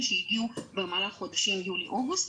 שהגיעו במהלך החודשים יולי-אוגוסט,